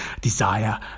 desire